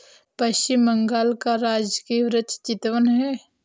पश्चिम बंगाल का राजकीय वृक्ष चितवन है